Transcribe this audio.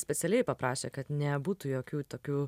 specialiai paprašė kad nebūtų jokių tokių